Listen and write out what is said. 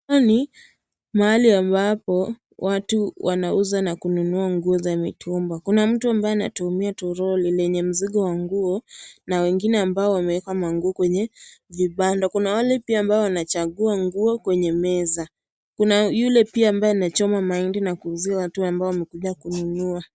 Sokoni mahali ambapo watu wanauza na kununua nguo za mitumba. Kuna mtu ambaye anatumia toroli lenye mzigo wa nguo, na wengine ambao wameweka manguo kwenye vibanda. Kuna wale pia ambao wanachagua nguo kwenye meza. Kuna yule pia ambaye anachoma mahindi na kuuzia tu ambao wamekuja kununua.